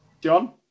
John